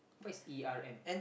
what is E R M